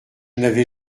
n’avais